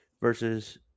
versus